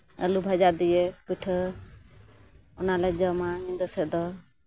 ᱟᱞᱩ ᱵᱷᱟᱡᱟ ᱫᱤᱭᱮ ᱯᱤᱴᱷᱟᱹ ᱚᱱᱟ ᱞᱮ ᱡᱚᱢᱟ ᱧᱤᱫᱟᱹ ᱥᱮᱫ ᱫᱚ